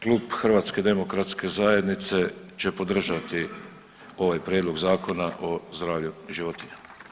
Klub HDZ-a će podržati ovaj prijedlog Zakona o zdravlju životinja.